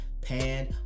pan